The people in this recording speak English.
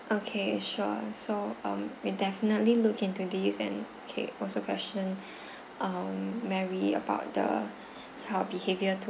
okay sure so um we'll definitely look into these and okay also question um mary about the her behavior